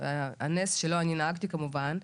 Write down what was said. הנס שלא אני נהגתי כמובן,